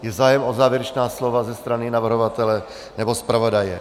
Je zájem o závěrečná slova ze strany navrhovatele nebo zpravodaje?